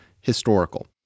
historical